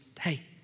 hey